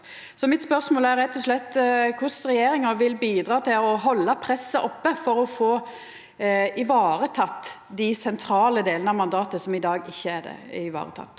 Mitt spørsmål er rett og slett korleis regjeringa vil bidra til å halda presset oppe for å få vareteke dei sentrale delane av mandatet som i dag ikkje er varetekne.